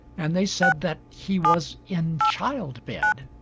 and they said that he was in childbed.